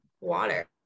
water